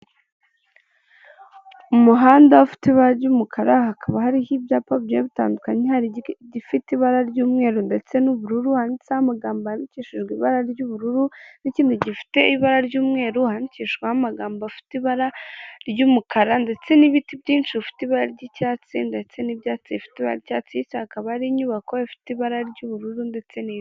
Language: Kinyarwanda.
Umuhanda ufite ibara ry'umukara, hakaba hari ho ibyapa bigiye bitandukanye, hari igifite ibara ry'umweru, ndetse n'ubururu, handitseho amagambo yandikishijwe ibara ry'ubururu, n'ikindi gifite ibara ry'umweru, handikishijwe amagambo afite ibara ry'umukara, ndetse n'ibiti byinshi bifite ibara ry'icyatsi, ndetse n'ibyatsi bifite ibara ry'icyatsi, hakaba hari inyubako ifite ibara ry'ubururu ndetse ni.